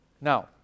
now